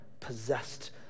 possessed